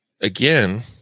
again